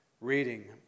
reading